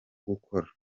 gukora